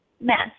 mess